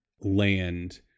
land